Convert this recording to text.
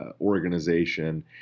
Organization